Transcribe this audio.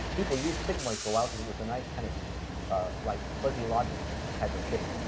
people used sigmoid for a while because it was a nice kind of like fuzzy logic type of shape.